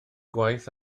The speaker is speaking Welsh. gwaith